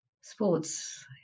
sports